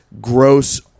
gross